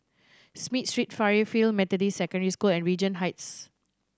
Smith Street Fairfield Methodist Secondary School and Regent Heights